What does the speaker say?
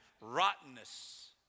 rottenness